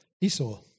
Esau